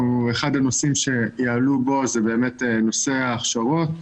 אחד הנושאים שיעלו בו זה באמת נושא ההכשרות.